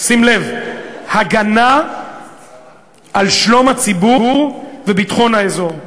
שים לב: הגנה על שלום הציבור וביטחון האזור.